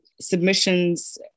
submissions